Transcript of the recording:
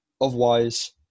otherwise